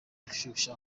gushyushya